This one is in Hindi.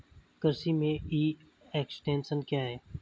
कृषि में ई एक्सटेंशन क्या है?